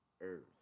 Earth